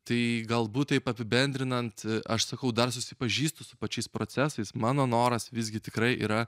tai galbūt taip apibendrinant aš sakau dar susipažįstu su pačiais procesais mano noras visgi tikrai yra